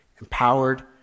Empowered